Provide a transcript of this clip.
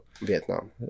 Vietnam